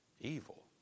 evil